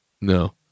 no